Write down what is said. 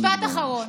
משפט אחרון.